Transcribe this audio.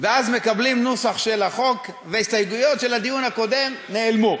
ואז מקבלים נוסח של החוק וההסתייגויות של הדיון הקודם נעלמו,